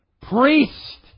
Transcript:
priest